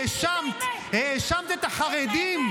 -- והאשמת את החרדים.